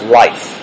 life